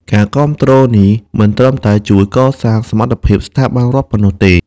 ការគាំទ្រនេះមិនត្រឹមតែជួយកសាងសមត្ថភាពស្ថាប័នរដ្ឋប៉ុណ្ណោះទេ។